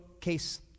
case